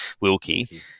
Wilkie